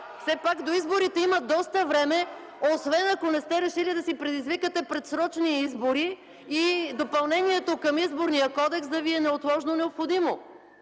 Все пак до изборите има доста време, освен ако не сте решили да си предизвикате предсрочни избори и допълнението към Изборния кодекс да Ви е неотложно необходимо.